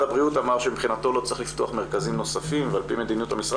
הבריאות אמר שמבחינתו לא צריך לפתוח מרכזים נוספים ועל פי מדיניות המשרד